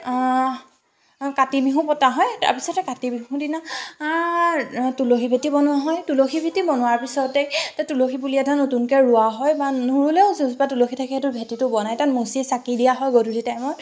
কাতি বিহু পতা হয় তাৰ পিছতে কাতি বিহুৰ দিনা তুলসী ভেটি বনোৱা হয় তুলসী ভেটি বনোৱা পিছতে তুলসী পুলি এটা নতুনকৈ ৰোৱা হয় বা নুৰুলেও যোনজোপা তুলসী থাকে সেইটো ভেটিটো বনাই তাত মচি চাকি দিয়া হয় গধূলি টাইমত